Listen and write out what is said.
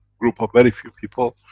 group of very few people,